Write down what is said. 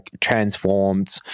transformed